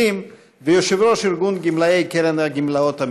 יושב-ראש ארגון עובדי קופות חולים